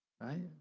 right